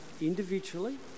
individually